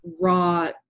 raw